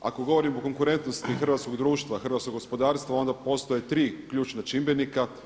Ako govorimo o konkurentnosti hrvatskog društva, hrvatskog gospodarstva onda postoje tri ključna čimbenika.